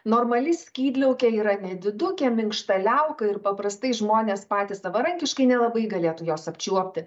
normali skydliaukė yra nedidukė minkšta liauka ir paprastai žmonės patys savarankiškai nelabai galėtų jos apčiuopti